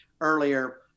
earlier